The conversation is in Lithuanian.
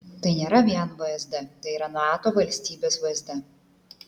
tai nėra vien vsd tai yra nato valstybės vsd